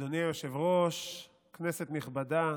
אדוני היושב-ראש, כנסת נכבדה,